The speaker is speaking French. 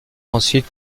ensuite